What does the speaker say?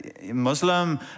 Muslim